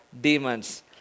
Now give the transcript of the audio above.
demons